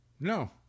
No